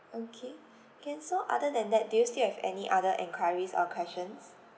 okay okay so other than that do you still have any other enquiries or questions